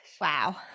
Wow